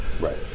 Right